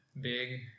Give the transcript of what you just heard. big